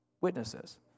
Witnesses